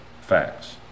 facts